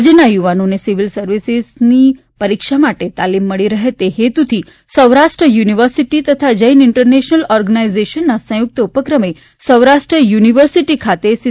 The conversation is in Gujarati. રાજ્યના યુવાનોને સીવીલ સર્વિસિસની પરીક્ષા માટેની તાલિમ મળી રહે તે હેતુથી સૌરાષ્ટ્ર યુનિવર્સિટી તથા જૈન ઇન્ટરનેશનલ ઓર્ગેનાઇઝેશનના સંયુક્ત ઉપક્રમે સૌરાષ્ટ્ર યૂનિવર્સિટી ખાતે સી